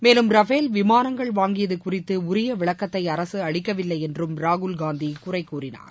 மேலும் ரபேல் விமானங்கள் வாங்கியது குறித்து உரிய விளக்கத்தை அரசு அளிக்கவில்லை என்றும் ராகுல் காந்தி குறை கூறினார்